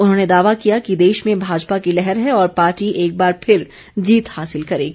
उन्होंने दावा किया कि देश में भाजपा की लहर है और पार्टी एकबार फिर जीत हासिल करेगी